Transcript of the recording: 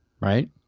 right